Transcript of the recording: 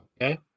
Okay